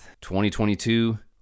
2022